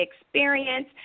experience